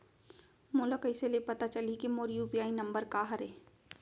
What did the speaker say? मोला कइसे ले पता चलही के मोर यू.पी.आई नंबर का हरे?